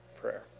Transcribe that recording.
prayer